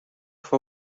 for